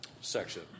section